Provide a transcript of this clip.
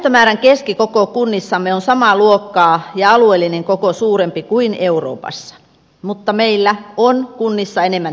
väestömäärän keskikoko kunnissamme on samaa luokkaa ja alueellinen koko suurempi kuin euroopassa mutta meillä on kunnissa enemmän tehtäviä